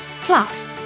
Plus